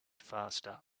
faster